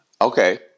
Okay